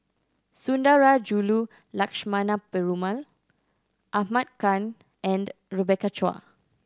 Sundarajulu Lakshmana Perumal Ahmad Khan and Rebecca Chua